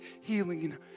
healing